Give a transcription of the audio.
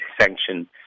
sanction